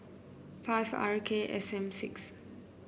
five R K S M six